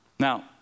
Now